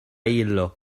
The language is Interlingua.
illo